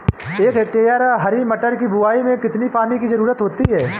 एक हेक्टेयर हरी मटर की बुवाई में कितनी पानी की ज़रुरत होती है?